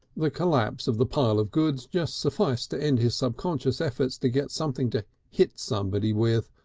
the collapse of the pile of goods just sufficed to end his subconscious efforts to get something to hit somebody with,